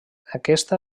aquesta